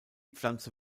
pflanze